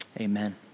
amen